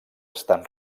estan